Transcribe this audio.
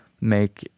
make